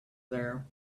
there